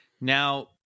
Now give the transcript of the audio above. Now